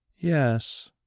Yes